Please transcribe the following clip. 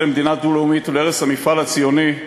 למדינה דו-לאומית ולהרס המפעל הציוני,